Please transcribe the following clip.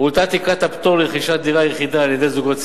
הועלתה תקרת הפטור לרכישת דירה יחידה על-ידי זוגות צעירים.